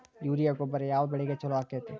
Urea ಗೊಬ್ಬರ ಯಾವ ಬೆಳಿಗೆ ಛಲೋ ಆಕ್ಕೆತಿ?